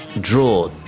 draw